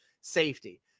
Safety